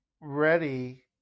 ready